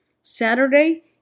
Saturday